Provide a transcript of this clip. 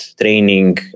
training